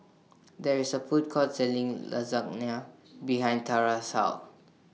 There IS A Food Court Selling Lasagne behind Tarah's House